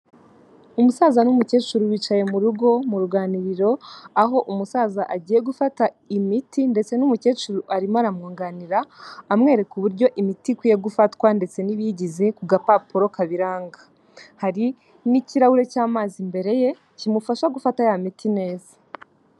Umusaza n'umukecuru bicaye mu rugo mu ruganiriro, aho umusaza agiye gufata imiti ndetse n'umukecuru arimo aramwunganira, amwereka uburyo imiti ikwiye gufatwa ndetse n'ibiyigize ku gapapuro kabiranga. Hari n'ikirahure cy'amazi imbere ye kimufasha gufata ya miti neza.